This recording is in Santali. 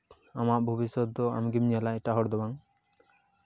ᱟᱢᱟᱜ ᱵᱷᱚᱵᱤᱥᱥᱚᱛ ᱫᱚ ᱟᱢᱜᱮᱢ ᱧᱮᱞᱟ ᱮᱴᱟᱜ ᱦᱚᱲᱫᱚ ᱵᱟᱝ